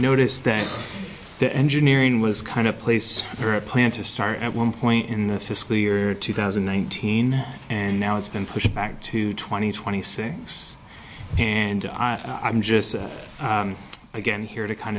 noticed that the engineering was kind of place for a plan to start at one point in the fiscal year two thousand and nineteen and now it's been pushed back to twenty twenty six and i'm just again here to kind